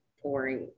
pouring